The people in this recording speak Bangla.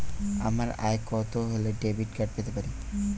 আমার আয় কত হলে ডেবিট কার্ড পেতে পারি?